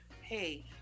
hey